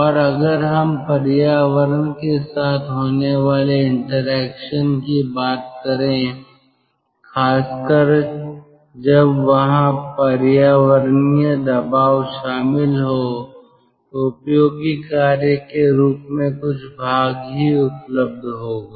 और अगर हम पर्यावरण के साथ होने वाले इंटरेक्शन की बात करें खासकर जब वहां पर्यावरणीय दबाव शामिल हो तो उपयोगी कार्य के रूप में कुछ भाग ही उपलब्ध होगा